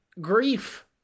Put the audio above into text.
grief